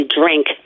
drink